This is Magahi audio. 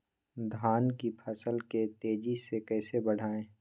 धान की फसल के तेजी से कैसे बढ़ाएं?